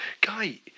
Guy